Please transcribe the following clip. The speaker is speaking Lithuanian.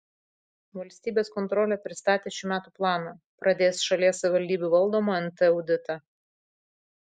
valstybės kontrolė pristatė šių metų planą pradės šalies savivaldybių valdomo nt auditą